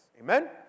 Amen